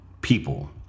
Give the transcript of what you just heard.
people